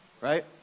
right